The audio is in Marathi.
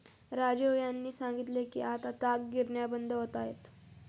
राजीव यांनी सांगितले की आता ताग गिरण्या बंद होत आहेत